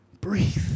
breathe